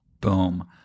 Boom